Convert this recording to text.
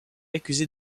accusé